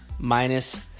Minus